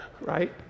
right